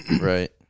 Right